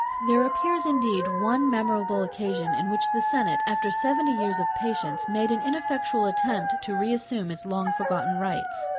there appears, indeed, one memorable occasion, in which the senate, after seventy years of patience, made an ineffectual attempt to re-assume its long-forgotten rights.